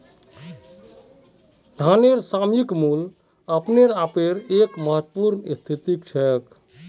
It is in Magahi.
धनेर सामयिक मूल्य अपने आपेर एक महत्वपूर्ण स्थिति छेक